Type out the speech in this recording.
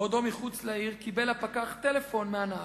בעודו מחוץ לעיר, קיבל הפקח טלפון מהנהג,